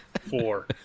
four